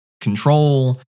Control